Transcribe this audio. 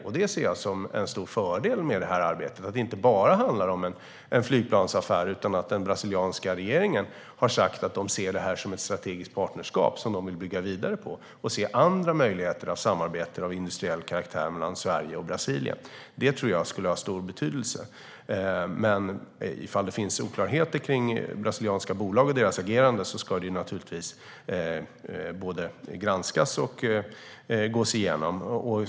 Jag ser det som en stor fördel med det här arbetet att det inte bara handlar om en flygplansaffär, utan den brasilianska regeringen har sagt att man ser detta som ett strategiskt partnerskap som man vill bygga vidare på och att man ser andra möjligheter till samarbeten av industriell karaktär mellan Sverige och Brasilien. Det tror jag skulle ha stor betydelse. Om det finns oklarheter när det gäller brasilianska bolag och deras agerande ska det naturligtvis både granskas och gås igenom.